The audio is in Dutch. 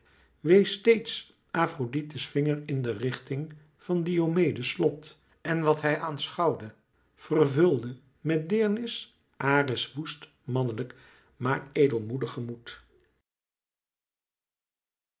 wees steeds afrodite's vinger in de richting van diomedes slot en wat hij aanschouwde vervulde met deerenis ares woest mannelijk maar edelmoedig gemoed